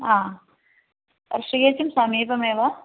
हा शीयेटुं समीपमेव